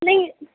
نہیں